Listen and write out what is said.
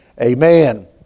Amen